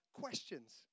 questions